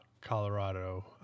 Colorado